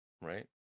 right